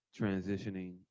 transitioning